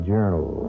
Journal